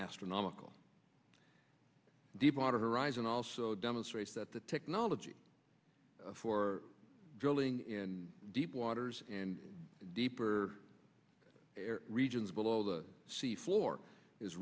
astronomical deepwater horizon also demonstrates that the technology for drilling in deep waters and deeper regions below the sea floor is